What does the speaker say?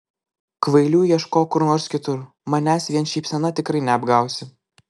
kvailių ieškok kur nors kitur manęs vien šypsena tikrai neapgausi